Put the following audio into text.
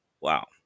Wow